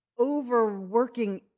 overworking